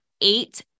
eight